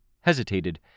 hesitated